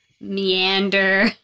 meander